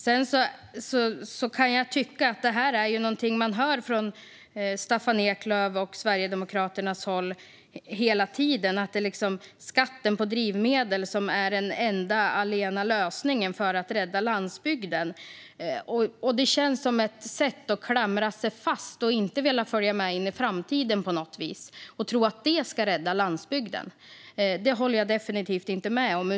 Det här med att skatten på drivmedel skulle vara den enda lösningen för att rädda landsbygden är något man hela tiden hör från Staffan Eklöf och från Sverigedemokraternas håll. Det känns som ett sätt att klamra sig fast och inte vilja följa med in i framtiden. Man verkar tro att detta ska rädda landsbygden. Något sådant håller jag definitivt inte med om.